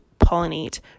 pollinate